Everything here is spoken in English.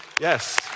Yes